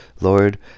Lord